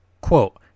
Quote